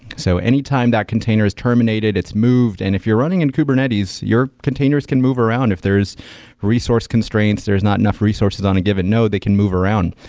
so any time that container is terminated, it's moved, and if you're running in kubernetes, your containers can move around if there's resource constraints, there is not enough resources on a given node. they can move around.